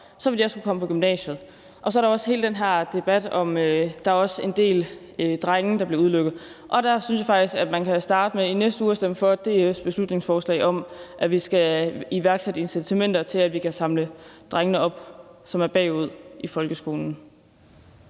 vil de også kunne komme på gymnasiet. Så er der også hele den her debat om, at der også er en del drenge, der bliver udelukket, og der synes jeg faktisk, at man kan starte med i næste uge at stemme for DF's beslutningsforslag om, at vi skal iværksætte incitamenter til, at vi kan samle de drenge, som er bagud i folkeskolen,